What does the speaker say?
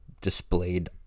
displayed